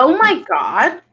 ah like god!